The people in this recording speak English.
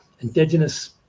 indigenous